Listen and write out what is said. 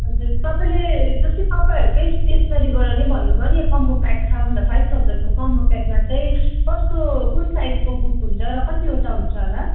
हजुर तपाईँले जस्तै तपाईँहरूकै स्टेसनरीबाट नै भन्नुभयो नि यो कम्बो प्याक छ भन्दा फाइभ थाउज्यान्डको कम्बो प्याकमा चाहिँ कस्तो कुन साइजको बुक हुन्छ र कतिवटा हुन्छ होला